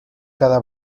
cada